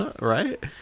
right